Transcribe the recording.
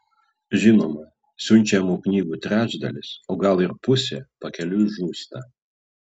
žinoma siunčiamų knygų trečdalis o gal ir pusė pakeliui žūsta